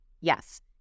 Yes